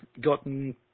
gotten